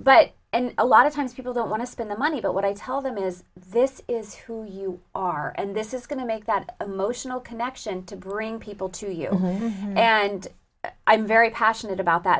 but and a lot of times people don't want to spend the money but what i tell them is this is who you are and this is going to make that emotional connection to bring people to you and i'm very passionate about that